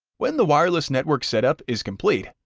when the wireless network setup is complete,